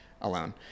alone